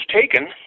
taken